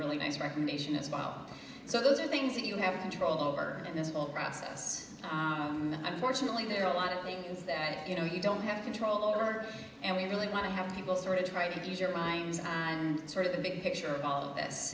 ally nice recommendation is about so those are things that you have control over in this whole process unfortunately there are a lot of things that you know you don't have control over and we really want to have people sort of try to use your minds and sort of the big picture of all of